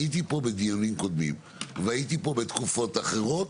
הייתי פה בדיונים קודמים והייתי פה בתקופות אחרות,